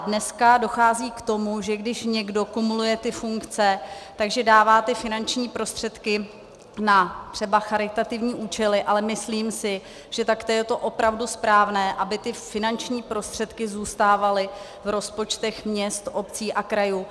Dneska dochází k tomu, že když někdo kumuluje ty funkce, tak že dává finanční prostředky na třeba charitativní účely, ale myslím si, že takto je to opravdu správné, aby finanční prostředky zůstávaly v rozpočtech měst, obcí a krajů.